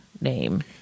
name